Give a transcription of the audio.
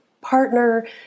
partner